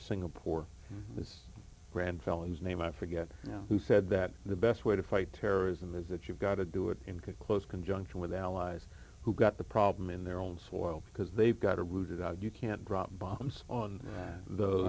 singapore is a grand fellow whose name i forget who said that the best way to fight terrorism is that you've got to do it in could close conjunction with allies who got the problem in their own soil because they've got to root it out and you can't drop bombs on those